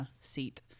seat